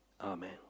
Amen